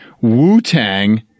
wu-tang